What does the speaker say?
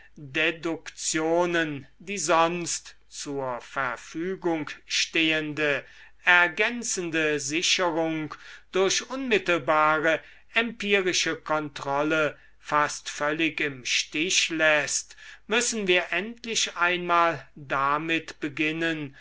deduktionen die sonst zur verfgung stehende ergänzende sicherung durch unmittelbare empirische kontrolle fast völlig im stich läßt müssen wir endlich einmal damit beginnen